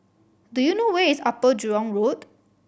do you know where is Upper Jurong Road